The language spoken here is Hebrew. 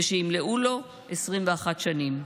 ושימלאו לו 21 שנים.